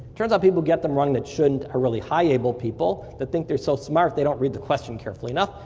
turns out people get them wrong that shouldn't are really high able people that think they're so smart, they don't read the question carefully enough,